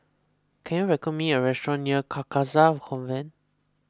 can you recommend me a restaurant near Carcasa Convent